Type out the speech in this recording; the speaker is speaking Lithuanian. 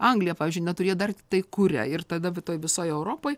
anglija pavyzdžiui neturi jie dar tiktai kuria ir tada toj visoj europoj